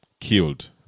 killed